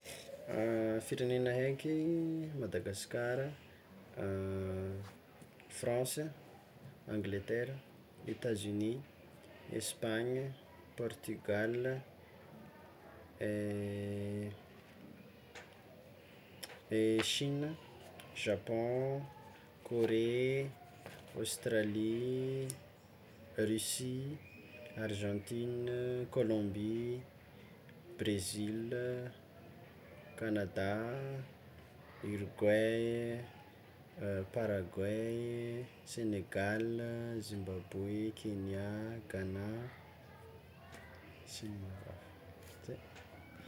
Firenena haiky: Madagasikara, France, Angletera, Etats Unis, Espagne, Portugal, Chine, Japon, Korea, Aostralia, Rissia, Argentina, Kôlômbia, Brezila, Kanada, Uruguay, Paraguay, Senegale, Zimbabwe, Kenya, Ghana, tsy mara f'izay.